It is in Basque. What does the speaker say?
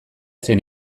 zen